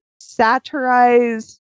satirize